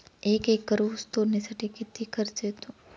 एक एकर ऊस तोडणीसाठी किती खर्च येतो?